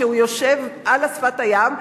שיושב על שפת הים.